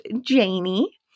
Janie